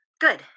Good